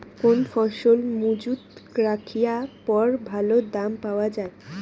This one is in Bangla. কোন ফসল মুজুত রাখিয়া পরে ভালো দাম পাওয়া যায়?